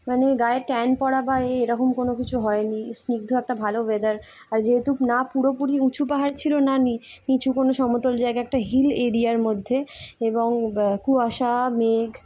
মানে গায়ের ট্যান পড়া পা এরকম কোনো কিছু হয়নি স্নিগ্ধ একটা ভালো ওয়েদার আর যেহেতু না পুরোপুরি উঁচু পাহাড় ছিলো না নিই কিছু কোনো সমতল জায়গা একটা হিল এরিয়ার মধ্যে এবং কুয়াশা মেঘ